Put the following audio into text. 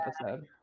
episode